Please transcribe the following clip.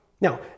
Now